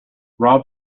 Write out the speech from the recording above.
rob